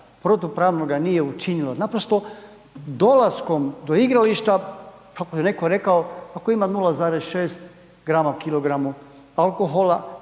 protupravnoga nije učinila. Naprosto dolaskom do igrališta, kako je neko rekao, ako ima 0,6 grama u kilogramu alkohola,